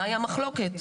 מהי המחלוקת?